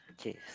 Okay